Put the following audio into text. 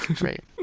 Right